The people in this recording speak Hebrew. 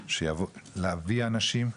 להביא אנשים לחקלאות,